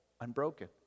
unbroken